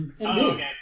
okay